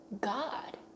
God